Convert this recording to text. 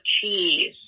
cheese